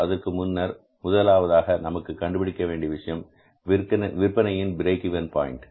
அதற்கு முன்னர் முதலாவதாக நமக்கு கண்டுபிடிக்க வேண்டிய விஷயம் விற்பனையின் பிரேக் இவென் பாயின்ட்